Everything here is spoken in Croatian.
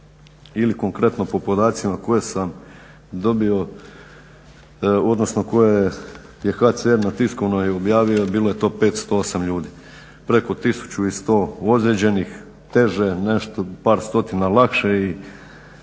ili konkretno po podacima koje sam dobio odnosno koje je HCR na tiskovnoj objavio, bio je to 508 ljudi, preko tisuću i sto ozlijeđenih, teže je nešto par stotina lakše i